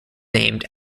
named